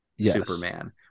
Superman